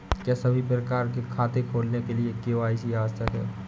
क्या सभी प्रकार के खाते खोलने के लिए के.वाई.सी आवश्यक है?